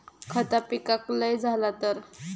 खता पिकाक लय झाला तर?